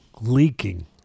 leaking